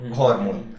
hormone